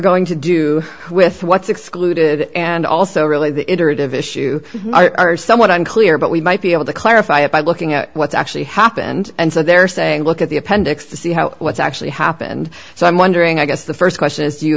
going to do with what's excluded and also really the interactive issue i are somewhat unclear but we might be able to clarify it by looking at what's actually happened and so they're saying look at the appendix to see how what's actually happened so i'm wondering i guess the st question is